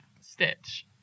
stitch